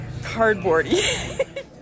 cardboardy